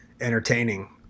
entertaining